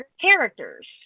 characters